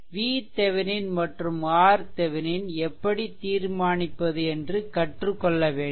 vThevenin மற்றும் RThevenin எப்படி தீர்மானிப்பது என்று கற்றுக்கொள்ள வேண்டும்